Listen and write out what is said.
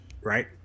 Right